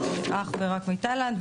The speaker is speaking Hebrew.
אך ורק מתאילנד,